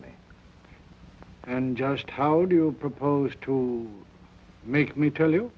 me and just how do you propose to make me tell you